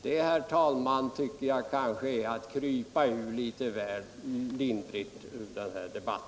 Det är, herr talman, att försöka komma undan litet väl lindrigt.